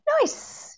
nice